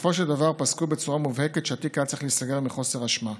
בסופו של דבר פסקו בצורה מובהקת שהתיק היה צריך להיסגר מחוסר אשמה.